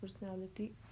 personality